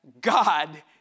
God